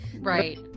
Right